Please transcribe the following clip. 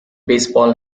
baseball